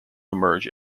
emerge